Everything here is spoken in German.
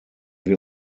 wir